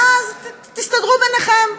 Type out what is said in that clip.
ואז תסתדרו ביניכם,